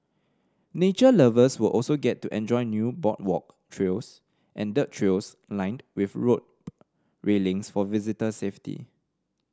nature lovers will also get to enjoy new boardwalk trails and dirt trails lined with rope railings for visitor safety